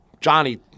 Johnny